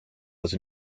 was